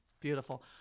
beautiful